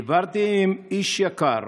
דיברתי עם איש יקר